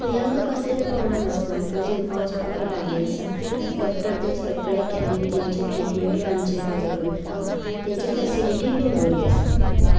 थंय आमकां कसलेत प्रॉब्लम आसना बिकॉज येवपा वसपाकय लागीं आसा डॉक्टर तर सगळे कॅरींग तांचे ट्रिटमँटूय आमचे बरे करता तांचे फॅसिलिटीय बीन बरी आसा